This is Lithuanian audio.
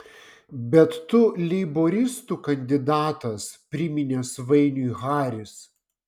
bet tu leiboristų kandidatas priminė svainiui haris